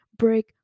Break